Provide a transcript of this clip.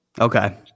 Okay